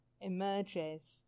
emerges